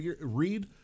Read